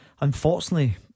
Unfortunately